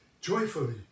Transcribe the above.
joyfully